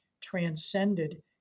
transcended